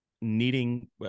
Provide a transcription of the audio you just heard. needing